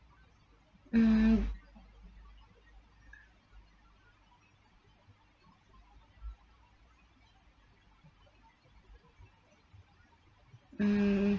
mm mm